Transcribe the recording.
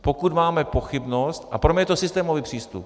Pokud máme pochybnost a pro mě je to systémový přístup.